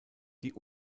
die